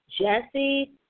Jesse